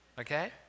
okay